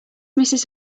mrs